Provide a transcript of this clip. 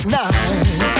night